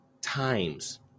times